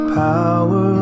power